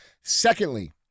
Secondly